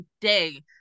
day